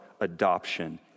adoption